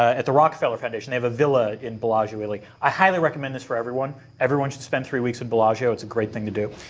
at the rockefeller foundation. they have a villa in bellagio, italy. i highly recommend this for everyone. everyone should spend three weeks in bellagio. it's a great thing to do.